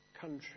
country